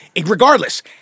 regardless